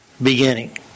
Beginning